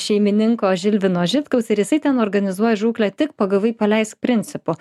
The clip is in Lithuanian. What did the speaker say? šeimininko žilvino žitkaus ir jisai ten organizuoja žūklę tik pagavai paleisk principu